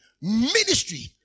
ministry